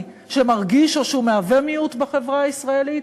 שמרגיש או שהוא מהווה מיעוט בחברה הישראלית,